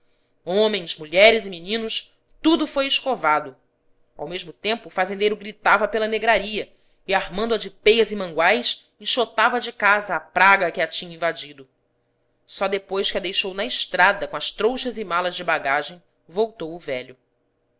homens mulheres e meninos tudo foi escovado ao mesmo tempo o fazendeiro gritava pela negraria e armando a de peias e manguais enxotava de casa a praga que a tinha invadido só depois que a deixou na estrada com as trouxas e malas de bagagem voltou o velho